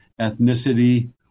ethnicity